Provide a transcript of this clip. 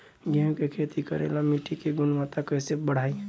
गेहूं के खेती करेला मिट्टी के गुणवत्ता कैसे बढ़ाई?